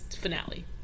finale